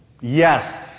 Yes